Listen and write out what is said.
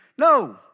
No